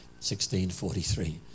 1643